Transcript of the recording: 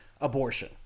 abortion